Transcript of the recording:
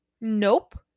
nope